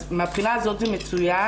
אז מהבחינה הזאת זה מצוין.